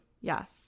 Yes